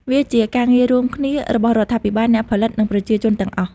វាជាការងាររួមគ្នារបស់រដ្ឋាភិបាល អ្នកផលិត និងប្រជាជនទាំងអស់។